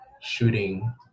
shooting